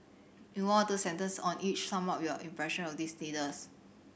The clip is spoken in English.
in one or two sentence on each sum up your impression of these leaders